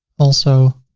also,